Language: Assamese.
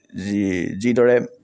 যি যিদৰে